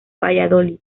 valladolid